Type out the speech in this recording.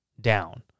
down